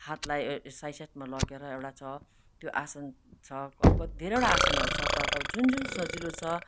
हातलाई साइड साइडमा लगेर एउटा छ त्यो आसन छ कति धेरैवटा आसनहरू छ तर तपाईँले जुन जुन सजिलो छ